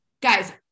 guys